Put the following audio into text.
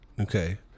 Okay